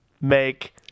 make